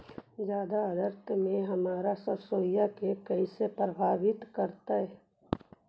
जादा आद्रता में हमर सरसोईय के कैसे प्रभावित करतई?